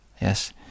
yes